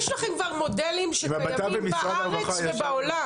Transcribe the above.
יש לכם כבר מודלים שקיימים בארץ ובעולם.